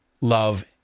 love